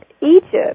Egypt